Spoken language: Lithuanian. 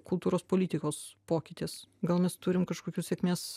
kultūros politikos pokytis gal mes turim kažkokių sėkmės